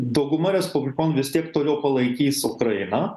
dauguma respublikonų vis tiek toliau palaikys ukrainą